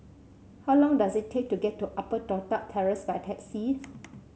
how long does it take to get to Upper Toh Tuck Terrace by taxi